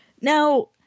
Now